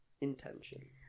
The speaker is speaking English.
intention